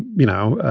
you know,